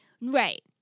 Right